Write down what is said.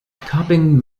topping